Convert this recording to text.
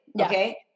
okay